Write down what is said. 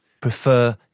prefer